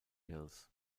hills